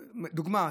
דוגמה,